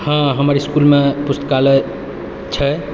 हँ हमर इसकुलमे पुस्तकालय छै